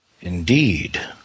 Indeed